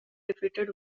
defeated